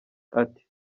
ati